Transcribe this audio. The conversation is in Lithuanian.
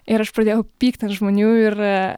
ir aš pradėjau pykti ant žmonių ir